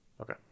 Okay